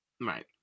right